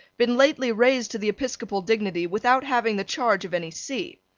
been lately raised to the episcopal dignity without having the charge of any see.